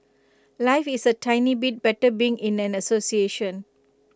life is A tiny bit better being in an association